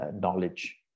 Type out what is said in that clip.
knowledge